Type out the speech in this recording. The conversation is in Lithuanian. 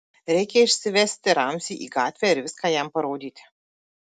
reikia išsivesti ramzį į gatvę ir viską jam parodyti